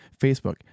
Facebook